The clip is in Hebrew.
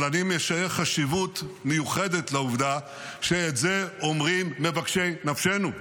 אבל אני מייחס חשיבות מיוחדת לעובדה שאת זה אומרים מבקשי נפשנו.